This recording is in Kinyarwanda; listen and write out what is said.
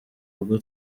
ubwo